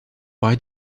why